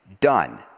done